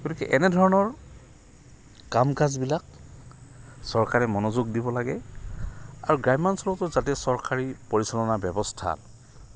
গতিকে এনেধৰণৰ কাম কাজবিলাক চৰকাৰে মনোযোগ দিব লাগে আৰু গ্ৰাম্যাঞ্চলতো যাতে চৰকাৰী পৰিচালননা ব্যৱস্থা